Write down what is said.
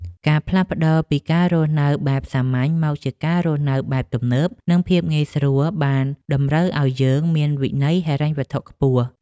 ការផ្លាស់ប្តូរពីការរស់នៅបែបសាមញ្ញមកជាការរស់នៅបែបទំនើប និងភាពងាយស្រួលបានតម្រូវឱ្យយើងមានវិន័យហិរញ្ញវត្ថុខ្ពស់។